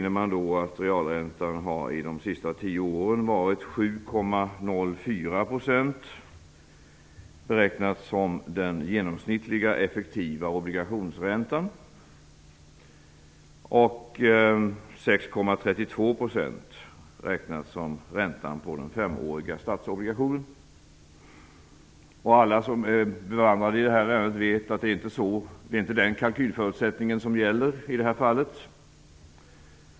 Realräntan har under de senaste tio åren varit 7,04 %, beräknat som den genomsnittliga effektiva obligationsräntan, och 6,32 % beräknat som räntan på den femåriga statsobligationen. Alla som är bevandrade i det här ärendet vet att det är inte den kalkylen som gäller i det här fallet.